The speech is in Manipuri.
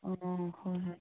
ꯑꯣ ꯍꯣꯏ ꯍꯣꯏ